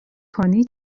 کنی